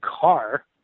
car